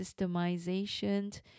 systemization